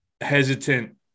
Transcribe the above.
hesitant